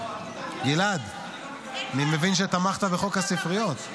גלעד, אני מבין שתמכת בחוק הספריות.